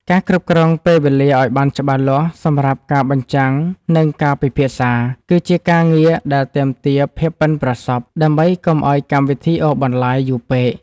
ការគ្រប់គ្រងពេលវេលាឱ្យបានច្បាស់លាស់សម្រាប់ការបញ្ចាំង និងការពិភាក្សា គឺជាការងារដែលទាមទារភាពប៉ិនប្រសប់ ដើម្បីកុំឱ្យកម្មវិធីអូសបន្លាយយូរពេក។